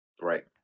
Right